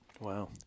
Wow